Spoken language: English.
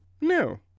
No